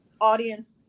audience